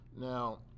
Now